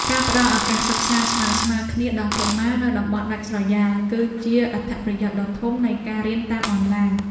ការផ្តល់ឱកាសសិក្សាស្មើៗគ្នាដល់កុមារនៅតំបន់ដាច់ស្រយាល គឺជាអត្ថប្រយោជន៍ដ៏ធំនៃការរៀនតាមអនឡាញ។